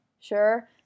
sure